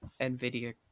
NVIDIA